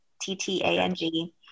T-T-A-N-G